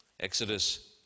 Exodus